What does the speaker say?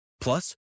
Plus